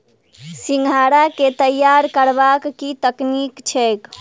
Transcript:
सिंघाड़ा केँ तैयार करबाक की तकनीक छैक?